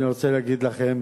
אני רוצה להגיד לכם